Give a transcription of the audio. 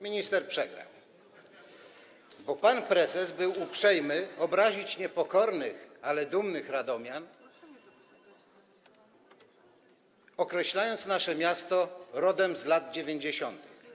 Minister przegrał, bo pan prezes był uprzejmy obrazić niepokornych, ale dumnych radomian, określając nasze miasto: rodem z lat 90.